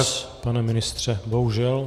Čas, pane ministře, bohužel.